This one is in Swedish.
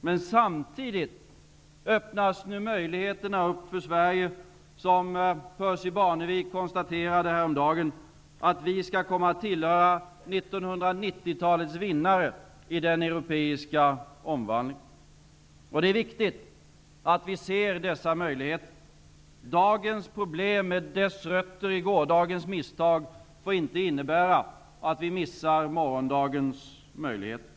Men samtidigt öppnas nu möjligheterna för att Sverige, som Percy Barnevik konstaterade häromdagen, skall komma att tillhöra 1990-talets vinnare i den europeiska omvandlingen. Och det är viktigt att vi ser dessa möjligheter. Dagens problem, med sina rötter i gårdagens misstag, får inte innebära att vi missar morgondagens möjligheter.